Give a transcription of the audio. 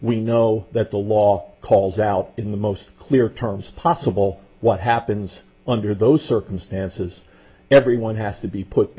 we know that the law calls out in the most clear terms possible what happens under those circumstances everyone has to be put